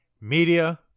Media